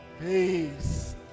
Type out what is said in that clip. Peace